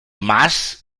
mas